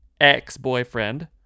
ex-boyfriend